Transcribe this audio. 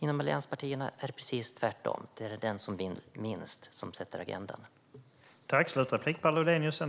Inom allianspartierna är det precis tvärtom: Det är den som vill minst som sätter agendan.